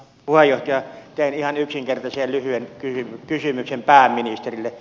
teen ihan yksinkertaisen ja lyhyen kysymyksen pääministerille